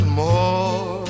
more